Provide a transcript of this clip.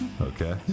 Okay